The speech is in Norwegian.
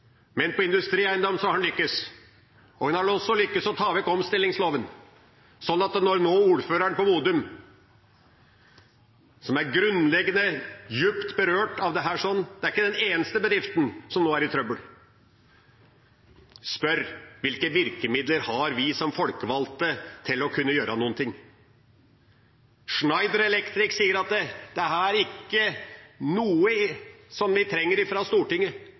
men på industrieiendom har en lyktes. En har også lyktes i å ta vekk omstillingsloven. Ordføreren på Modum er nå grunnleggende djupt berørt av dette her. Det er ikke den eneste bedriften som nå er i trøbbel. Hvilke virkemidler har vi som folkevalgte til å kunne gjøre noe? Schneider Electric sier at det ikke er noe de trenger fra Stortinget,